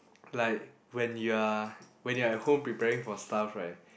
like when you are when you are at home preparing for stuff right